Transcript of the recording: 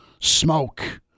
Smoke